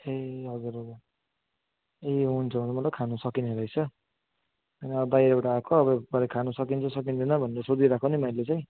ए हजुर हजुर ए हुन्छ मतलब खानु सकिने रहेछ बाहिरबाट आएको अब भरे खानु सकिन्छ सकिँदैन भनेर सोधिराखेको नि मैले चाहिँ